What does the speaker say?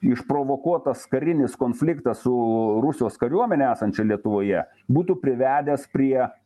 išprovokuotas karinis konfliktas su rusijos kariuomene esančia lietuvoje būtų privedęs prie